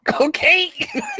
okay